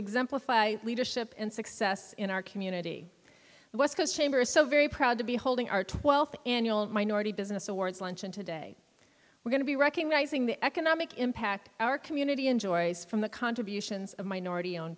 exemplify leadership and success in our community the west coast chamber is so very proud to be holding our twelfth annual minority business awards luncheon today we're going to be recognizing the economic impact our community enjoys from the contributions of minority o